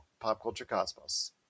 popculturecosmos